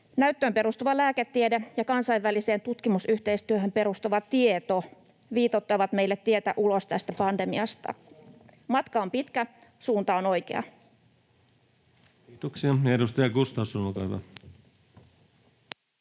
Näyttöön perustuva lääketiede ja kansainväliseen tutkimusyhteistyöhön perustuva tieto viitoittavat meille tietä ulos tästä pandemiasta. [Mauri Peltokangas: Kyllä!] Matka on pitkä, suunta on oikea.